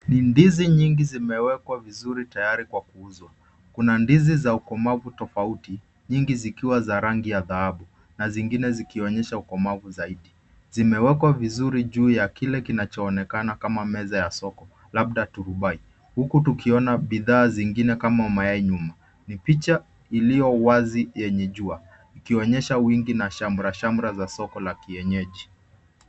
Ni ndizi nyingi zimewekwa vizuri tayari kwa kuuzwa. Kuna ndizi za ukomavu tofauti nyingi zikiwa na rangi ya dhahabu na zingine zikionyesha ukomavu zaidi. Zimewekwa vizuri juu ya kile kinachoonekna kama meza ya soko labda turubai. Huku tukiona bidhaa zingine kama mayai nyuma. Ni picha iliyo wazi yenye jua ikionyesha wingi na shamashamra za soko la kienyeji.